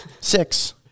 Six